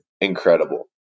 incredible